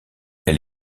elle